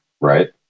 right